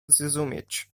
zrozumieć